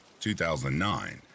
2009